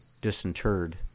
disinterred